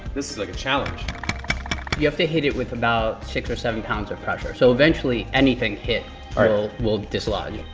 this is like a challenge you have to hit it with about six or seven pounds of pressure. so, eventually, anything hit will dislodge it